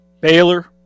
Baylor